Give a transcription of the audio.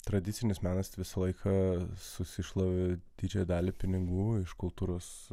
tradicinis menas visą laiką susišlavė didžiąją dalį pinigų iš kultūros